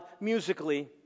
musically